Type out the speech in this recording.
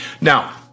Now